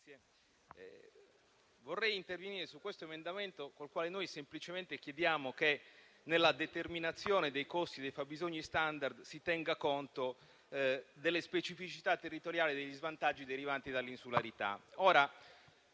Presidente, vorrei intervenire su questo emendamento col quale noi semplicemente chiediamo che, nella determinazione dei costi e dei fabbisogni *standard*, si tenga conto delle specificità territoriali e degli svantaggi derivanti dell'insularità.